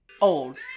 Old